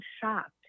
shocked